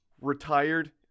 retired